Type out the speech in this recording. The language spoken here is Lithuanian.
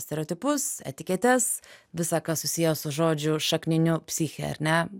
stereotipus etiketes visa kas susiję su žodžiu šakniniu psichė ar ne